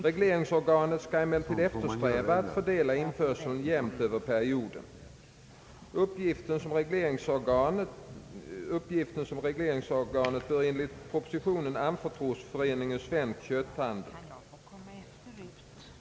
Regleringsorganet skall emellertid eftersträva att fördela införseln jämnt över perioden. Uppgiften som regleringsorgan bör enligt propositionen anförtros föreningen Svensk kötthandel.